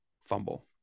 fumble